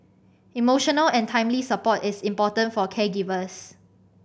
emotional and timely support is important for caregivers